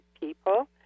people